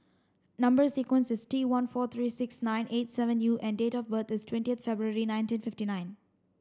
number sequence is T one four three six nine eight seven U and date of birth is twentieth February nineteen fifty nine